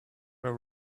were